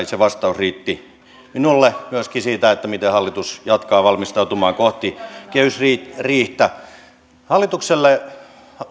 se vastaus riitti minulle myöskin siitä miten hallitus jatkaa valmistautumista kohti kehysriihtä hallitukselle